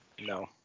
No